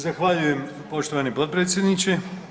Zahvaljujem poštovani potpredsjedniče.